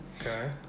Okay